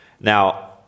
Now